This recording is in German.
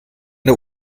der